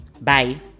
Bye